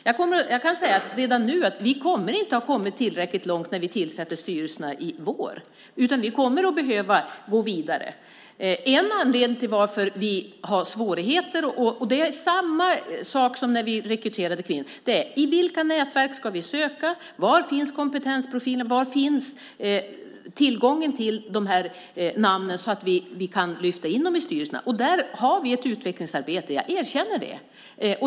Jag kan redan nu säga att vi inte kommer att ha kommit tillräckligt långt när vi tillsätter styrelserna i vår utan vi kommer att behöva gå vidare. En svårighet - det är samma sak som när vi rekryterar kvinnor - är att veta i vilka nätverk vi ska söka, var kompetensprofilen finns, var tillgången till de här namnen finns så att vi kan lyfta in dem i styrelserna. Där har vi ett utvecklingsarbete. Jag erkänner det.